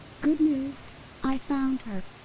good news i found her!